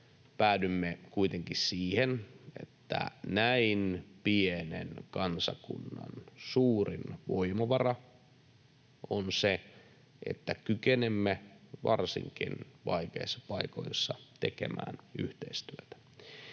päädymme kuitenkin siihen, että näin pienen kansakunnan suurin voimavara on se, että kykenemme varsinkin vaikeissa paikoissa tekemään yhteistyötä.